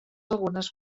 algunes